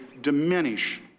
diminish